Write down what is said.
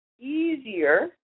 easier